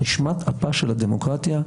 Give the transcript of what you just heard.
נשמת אפה של הדמוקרטיה,